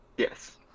Yes